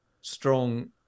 strong